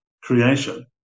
creation